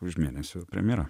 už mėnesio premjera